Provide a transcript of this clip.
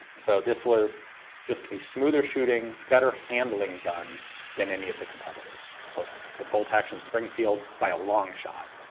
so this was just a smoother shooting, better handling gun than any of the competitors, both the bolt action springfield, by a long shot,